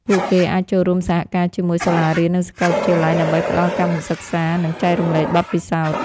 ពួកគេអាចចូលរួមសហការជាមួយសាលារៀននិងសាកលវិទ្យាល័យដើម្បីផ្តល់កម្មសិក្សា និងចែករំលែកបទពិសោធន៍។